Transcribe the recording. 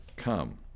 come